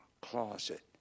closet